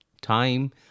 Time